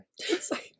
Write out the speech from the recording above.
Sorry